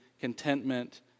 contentment